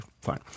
fine